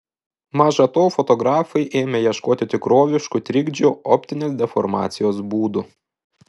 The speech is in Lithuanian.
maža to fotografai ėmė ieškoti tikroviškų trikdžių optinės deformacijos būdų